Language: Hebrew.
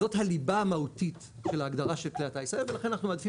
זאת הליבה המהותית של ההגדרה של כלי הטייס האלה ולכן אנחנו נאלצים